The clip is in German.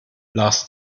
lars